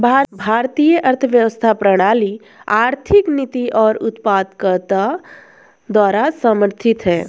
भारतीय अर्थव्यवस्था प्रणाली आर्थिक नीति और उत्पादकता द्वारा समर्थित हैं